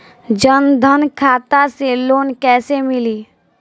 जन धन खाता से लोन कैसे मिली?